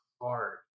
hard